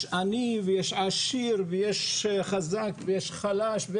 יש עני ויש עשיר ויש חזק ויש חלש,